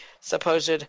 supposed